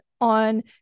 on